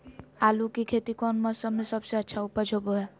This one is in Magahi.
आलू की खेती कौन मौसम में सबसे अच्छा उपज होबो हय?